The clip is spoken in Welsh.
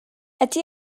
ydy